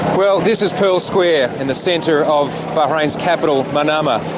well, this is pearl square in the centre of bahrain's capital, manama,